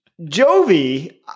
Jovi